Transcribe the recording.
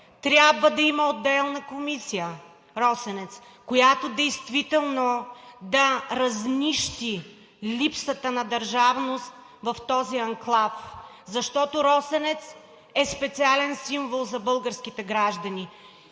трябва да има отделна комисия „Росенец“, която действително да разнищи липсата на държавност в този анклав. Защото „Росенец“ е специален символ за българските граждани